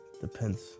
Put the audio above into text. Depends